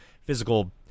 physical